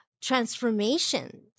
transformations